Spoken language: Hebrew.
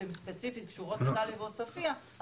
שהן ספציפית קשורה לדאליה ולעוספיה,